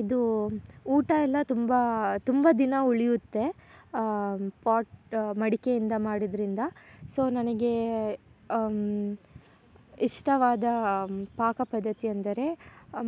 ಇದು ಊಟ ಎಲ್ಲ ತುಂಬ ತುಂಬ ದಿನ ಉಳಿಯುತ್ತೆ ಪಾಟ್ ಮಡಿಕೆಯಿಂದ ಮಾಡಿದ್ರಿಂದ ಸೊ ನನಗೆ ಇಷ್ಟವಾದ ಪಾಕಪದ್ದತಿ ಅಂದರೆ